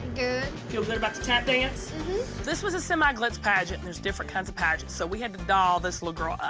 good. feel good about the tap and this was a semi-glitz pageant. there's different kinds of pageants. so we had to doll this little girl up.